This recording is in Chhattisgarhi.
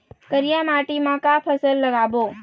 करिया माटी म का फसल लगाबो?